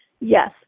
Yes